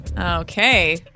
Okay